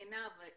עינב,